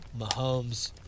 Mahomes